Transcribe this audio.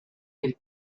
del